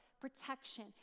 protection